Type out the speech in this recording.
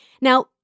Now